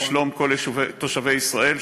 ושלום כל תושבי ישראל,